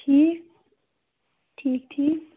ٹھیٖک ٹھیٖک ٹھیٖک